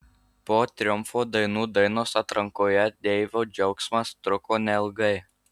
po triumfo dainų dainos atrankoje deivio džiaugsmas truko neilgai